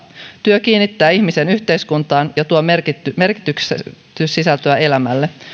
työ kiinnittää ihmisen yhteiskuntaan ja tuo merkityssisältöä elämälle